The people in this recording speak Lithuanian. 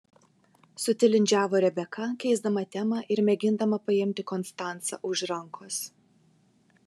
sutilindžiavo rebeka keisdama temą ir mėgindama paimti konstancą už rankos